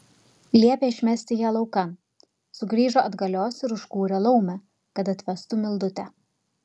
liepė išmesti ją laukan sugrįžo atgalios ir užkūrė laumę kad atvestų mildutę